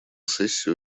сессия